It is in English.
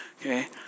okay